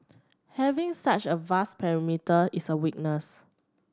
having such a vast perimeter is a weakness